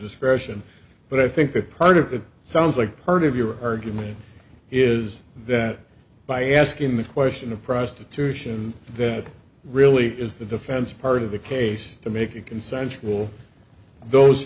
discretion but i think that part of it sounds like part of your argument is that by asking the question of prostitution that really is the defense part of the case to make it consensual those